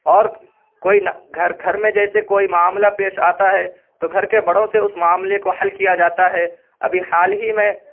اور کوئی گھر گھر میں جیسے کوئی معاملہ پیش آتا ہے تو گھر کے بڑوں سے اس معاملے کو حل کیا جاتا ہے ابھی حال ہی میں